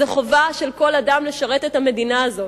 זו חובה של כל אדם לשרת את המדינה הזו,